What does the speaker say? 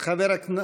חבר הכנסת רם שפע,